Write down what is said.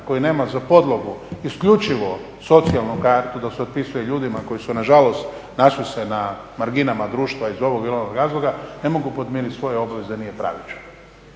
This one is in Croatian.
koji nema za podlogu isključivo socijalnu kartu da se otpisuje ljudima koji su nažalost našli se na marginama društva iz ovog ili onog razloga, ne mogu podmirit svoje obveze, nije pravičan.